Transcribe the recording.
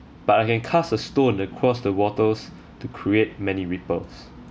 but I can cast a stone across the waters to create many ripples